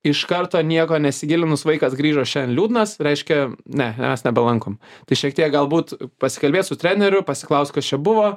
iš karto nieko nesigilinus vaikas grįžo šiandien liūdnas reiškia ne mes nebelankom tai šiek tiek galbūt pasikalbėt su treneriu pasiklaust kas čia buvo